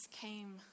came